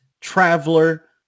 traveler